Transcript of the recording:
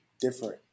different